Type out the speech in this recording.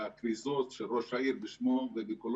היה כריזות של ראש העיר בשמו ובקולו,